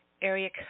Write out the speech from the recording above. area